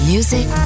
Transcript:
Music